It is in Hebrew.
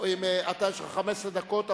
יש לך 15 דקות,